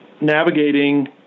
navigating